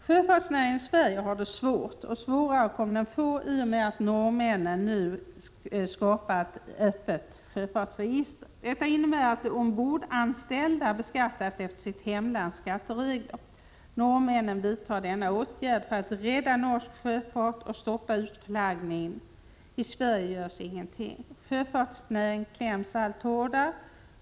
Sjöfartsnäringen i Sverige har det svårt, och svårare kommer den att få det i och med att norrmännen inför ett öppet sjöfartsregister. Detta innebär att de ombordanställda beskattas efter sitt hemlands skatteregler. Norrmännen vidtar denna åtgärd för att rädda norsk sjöfart och stoppa utflaggningen. I Sverige görs ingenting. Sjöfartsnäringen kläms åt allt hårdare.